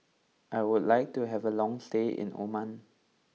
I would like to have a long stay in Oman